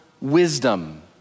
Wisdom